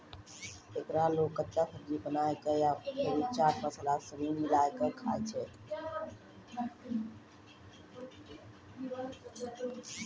एकरा लोग कच्चा, सब्जी बनाए कय या फेरो चाट मसाला सनी मिलाकय खाबै छै